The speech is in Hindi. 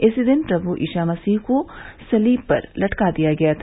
इसी दिन प्रमु ईसा मसीह को सलीव पर लटका दिया गया था